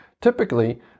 Typically